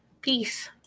Peace